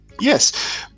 Yes